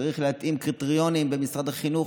צריך להתאים קריטריונים במשרד החינוך,